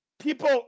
people